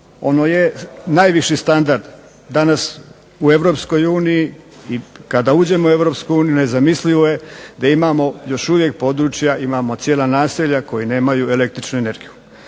Ono je najviši standard danas u Europskoj uniji i kada uđemo u Europsku uniju nezamislivo je da imamo još uvijek područja, imamo cijela naselja koja nemaju električnu energiju.